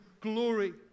glory